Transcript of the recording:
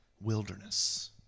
Wilderness